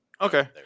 Okay